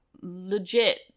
legit